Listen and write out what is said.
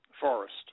forest